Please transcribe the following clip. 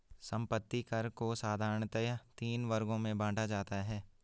संपत्ति कर को साधारणतया तीन वर्गों में बांटा जाता है